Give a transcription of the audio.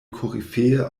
koryphäe